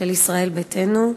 של ישראל ביתנו.